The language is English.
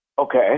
Okay